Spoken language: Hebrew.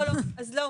לא, לא.